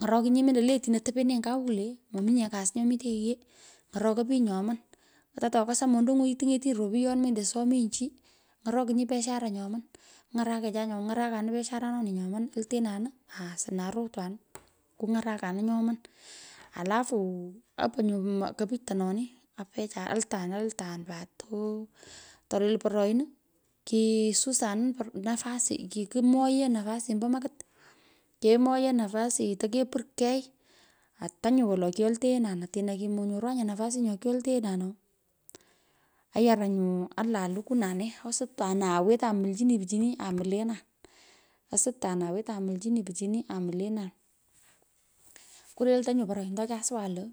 Ny’orokinyi mendo le atino tepenenyi kuu kwolee momente kasi nyo miteny, yighee, ngorokoi pich nyoman, ata tokasa mondang’u itiny’etinyi ropuyon mendo someny, chi ny’orokinyi, biashara nyoma, kung’arakecha nyu kung’arakanin nyoma, altenan, asna arotwan kuny’arakiinin nyoman. Alafu oponinyu kopich to noni, altan altan pat, torel. poroin, kisusanin nafasi, kemoyo nafasi ombo makit. Kemoyo nafasi tokepurkei. Ata nyo wolo kiyoltoenan otino kimonyorwanye nafusi nyo kiyoltoenan no ayara nyuu alan lukwuu na nee osutuwan awetan molchini puchini, amulenan, asutan awetan mulchiniy amlenan, kurelto nyu poroin to kyasowan lo.